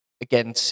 again